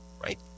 right